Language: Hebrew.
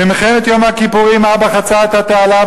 במלחמת יום הכיפורים אבא חצה את התעלה,